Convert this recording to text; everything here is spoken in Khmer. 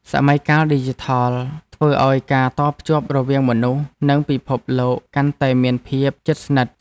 សម័យកាលឌីជីថលធ្វើឱ្យការតភ្ជាប់រវាងមនុស្ស និងពិភពលោកកាន់តែមានភាពជិតស្និទ្ធ។